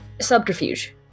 subterfuge